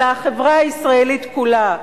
אלא החברה הישראלית כולה.